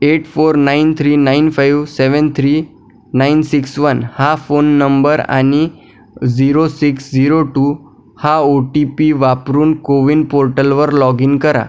eight four nine three nine five seven three nine six one हा phone number आणि zero six zero two हा O T P वापरून CoWIN पोर्टलवर login करा